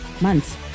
Months